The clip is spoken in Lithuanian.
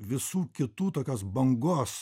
visų kitų tokios bangos